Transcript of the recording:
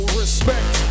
respect